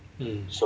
mm